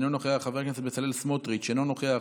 אינו נוכח,